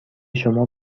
شما